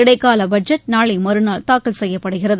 இடைக்கால பட்ஜெட் நாளை மறுநாள் தாக்கல் செய்யப்படுகிறது